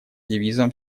девизом